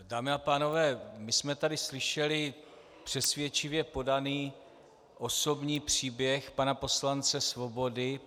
Dámy a pánové, my jsme tady slyšeli přesvědčivě podaný osobní příběh pana poslance Svobody.